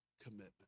commitment